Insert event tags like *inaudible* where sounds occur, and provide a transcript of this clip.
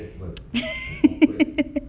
*laughs*